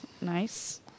Nice